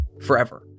forever